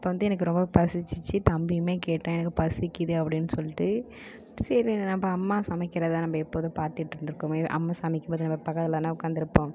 அப்போ வந்து எனக்கு ரொம்ப பசிச்சிச்சு தம்பியுமே கேட்டான் எனக்கு பசிக்குது அப்படின்னு சொல்லிட்டு சரி நம்ம அம்மா சமைக்கிறத நம்ம எப்போது பார்த்துட்டு இருந்திருக்கோமே அம்மா சமைக்கும்போது நம்ம பக்கத்தில் தான உக்காந்து இருப்போம்